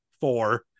four